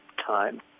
Time